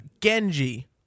genji